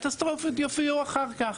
הקטסטרופות יופיעו אחר כך.